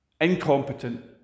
Incompetent